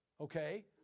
okay